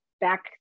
back